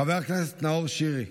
חבר הכנסת נאור שירי.